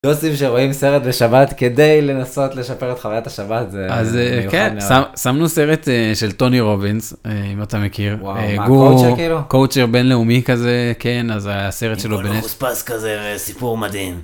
דוסים שרואים סרט בשבת כדי לנסות לשפר את חוויית השבת זה. אז כן, שמנו סרט של טוני רובינס, אם אתה מכיר, גורו, קואוצ'ר כאילו, קואוצ'ר בינלאומי כזה, כן, אז הסרט שלו בנטפ. מחוספס כזה וסיפור מדהים.